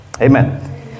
Amen